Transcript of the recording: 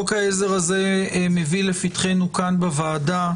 חוק העזר הזה מביא לפתחנו בוועדה